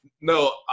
No